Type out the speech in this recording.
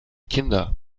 kinder